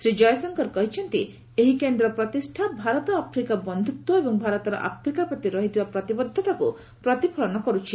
ଶ୍ରୀ ଜୟଶଙ୍କର କହିଛନ୍ତି ଏହି କେନ୍ଦ୍ର ପ୍ରତିଷ୍ଠା ଭାରତ ଆଫ୍ରିକା ବନ୍ଧୁତ୍ୱ ଏବଂ ଭାରତର ଆଫ୍ରିକା ପ୍ରତି ରହିଥିବା ପ୍ରତିବଦ୍ଧତାକୁ ପ୍ରତିଫଳନ କରୁଛି